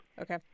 Okay